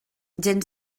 gens